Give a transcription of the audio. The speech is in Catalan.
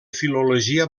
filologia